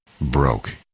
broke